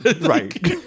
right